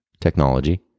technology